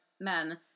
men